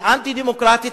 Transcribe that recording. היא אנטי-דמוקרטית,